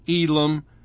Elam